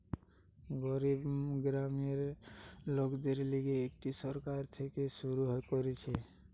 গরিব গ্রামের লোকদের লিগে এটি সরকার থেকে শুরু করতিছে